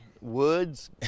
woods